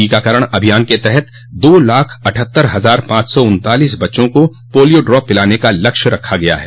टीकाकरण अभियान के तहत दो लाख अठहत्तर हजार पांच सौ उन्तालीस बच्चों को पोलियो ड्रॉप पिलाने का लक्ष्य रखा गया है